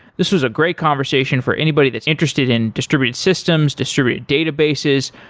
this was a great conversation for anybody that's interested in distributed systems, distributed databases,